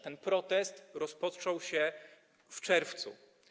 Ten protest rozpoczął się w czerwcu.